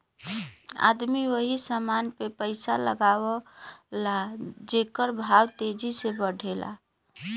आदमी वही समान मे पइसा लगावला जेकर भाव तेजी से बढ़ला